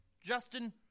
Justin